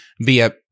via